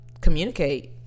communicate